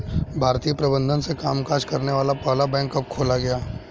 भारतीय प्रबंधन से कामकाज करने वाला पहला बैंक कब खोला गया?